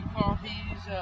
coffees